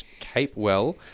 Capewell